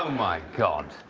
my god.